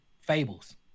Fables